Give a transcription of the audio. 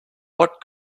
what